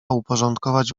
uporządkować